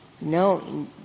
no